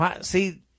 See